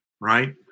right